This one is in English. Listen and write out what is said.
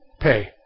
Pay